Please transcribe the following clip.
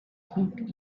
hit